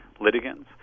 litigants